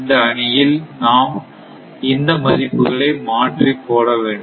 இந்த அணியில் நாம் இந்த மதிப்புகளை மாற்றிப் போடவேண்டும்